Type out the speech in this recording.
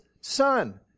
son